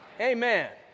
Amen